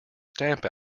stamp